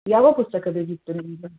ಯಾವ ಪುಸ್ತಕ ಬೇಕಿತ್ತು ನಿಮಗೆ